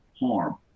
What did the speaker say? harm